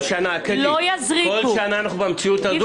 כל שנה אנחנו במציאות הזאת.